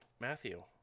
Matthew